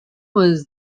was